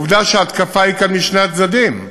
עובדה שההתקפה היא כאן משני הצדדים.